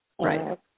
Right